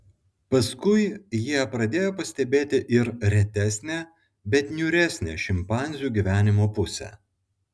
paskui jie pradėjo pastebėti ir retesnę bet niūresnę šimpanzių gyvenimo pusę